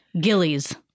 Gillies